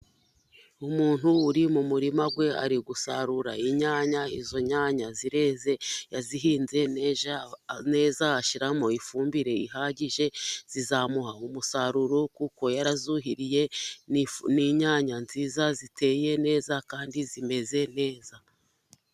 Umuntu uri mu murima we ari gusarura inyanya, izo nyanya zireze, yazihinze neza ashyiramo ifumbire ihagije, zizamuha umusaruro kuko yarazuhiriye, ni inyanya nziza ziteye neza kandi zimeze neza.